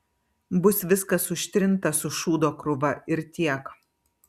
bus viskas užtrinta su šūdo krūva ir tiek